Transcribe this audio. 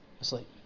asleep